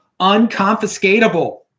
unconfiscatable